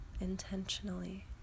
intentionally